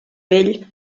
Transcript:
vell